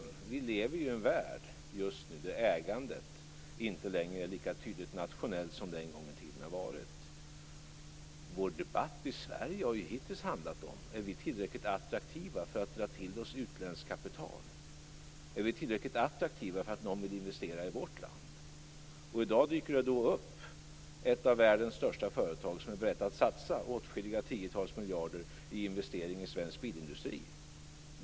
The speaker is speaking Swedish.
Vi lever just nu i en värld där ägandet inte längre är lika tydligt nationellt som det en gång i tiden har varit. Debatten i Sverige har hittills handlat om ifall vi är tillräckligt attraktiva för att dra till oss utländskt kapital från sådana som vill investera i vårt land. I dag dyker det upp ett av världens största företag, som är berett att satsa åtskilliga tiotal miljarder i investeringar i svensk bilindustri.